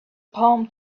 palm